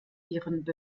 ihren